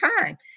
time